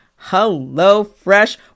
HelloFresh